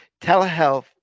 Telehealth